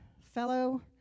fellow